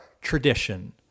tradition